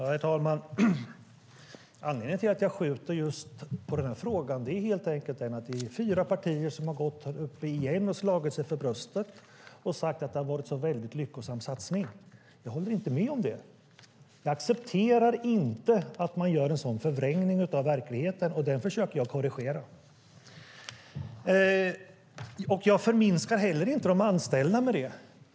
Herr talman! Anledningen till att jag skjuter på denna fråga är helt enkelt att det är fyra partier som har gått upp och slagit sig för bröstet igen och sagt att det har varit en lyckosam satsning. Jag håller inte med om det. Jag accepterar inte att man gör en sådan förvrängning av verkligheten, och den försöker jag korrigera. Jag förminskar inte heller de anställda i och med detta.